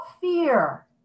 fear